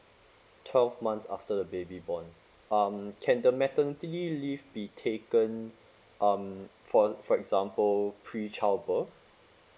twelve months after the baby born um can the maternity le~ leave be taken um for ex~ for example pre child birth